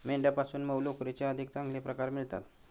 मेंढ्यांपासून मऊ लोकरीचे अधिक चांगले प्रकार मिळतात